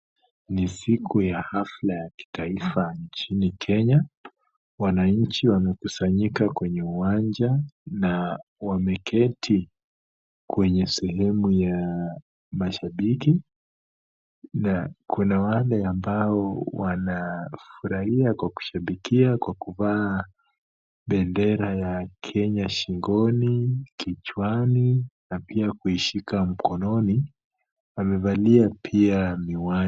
Ni siku ya hafla ya kitaifa nchini Kenya. Wananchi wamekusanyika kwenye uwanja na wameketi kwenye sehemu ya mashabiki na kuna wale ambao wanafurahia kwa kushabikia kwa kuvaa bendera ya Kenya shingoni, kichwani na pia kuishika mkononi, wamevalia pia miwani.